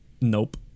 Nope